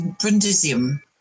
Brundisium